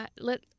let